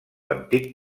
antic